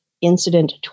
Incident